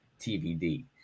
TVD